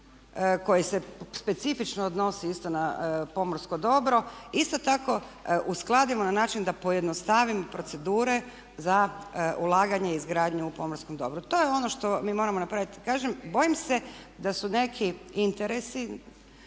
koji se specifično odnosi isto na pomorsko dobro isto tako uskladimo na način da pojednostavim procedure za ulaganje i izgradnju u pomorskom dobru. To je ono što mi moramo napraviti. Kažem, bojim se da su neki interesi